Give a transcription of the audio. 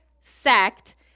sect